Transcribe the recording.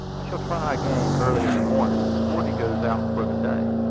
i shall try again early in the morning, before he goes out for the day,